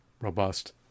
robust